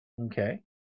Okay